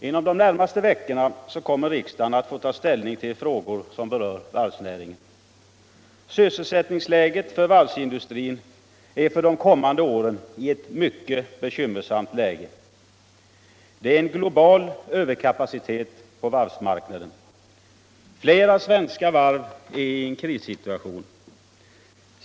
Inom de närmaste veckorna kommer riksdagen att få ta ställning till frågor som berör varvsnäringen. Sysselsättningsltäget för varvsindustrin för de kommande åren är mycket bekymmersamt. Det råder en global överkapacitet på varvsmarknaden. Flera svenska varv befinner sig i en krissituation.